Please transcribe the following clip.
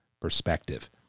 perspective